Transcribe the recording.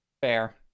Fair